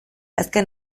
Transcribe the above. azken